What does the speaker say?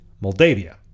Moldavia